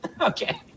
okay